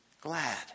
glad